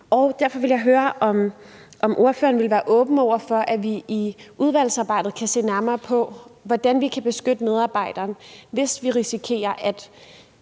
Derfor vil jeg høre, om ordføreren vil være åben over for, at vi i udvalgsarbejdet kan se nærmere på, hvordan vi kan beskytte medarbejderen, hvis vi risikerer, at